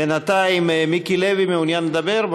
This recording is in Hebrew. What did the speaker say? בינתיים, מיקי לוי מעוניין לדבר.